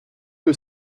que